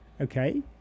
okay